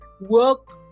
Work